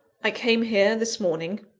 i came here, this morning,